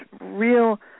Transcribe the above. real